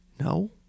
No